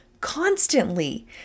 constantly